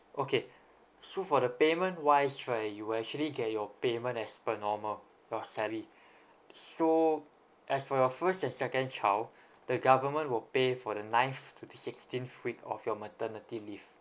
okay so for the payment wise right you will actually get your payment as per normal your salary so as for your first and second child the government will pay for the ninth to the sixteenth week of your maternity leave